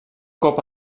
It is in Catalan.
cop